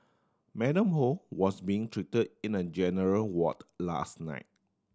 Madam Ho was being treated in a general ward last night